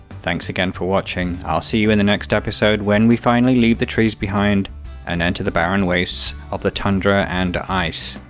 thanks again for watching. i'll see you in the next episode where we finally leave the trees behind and enter the barren wastes of the tundra and ice.